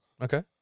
Okay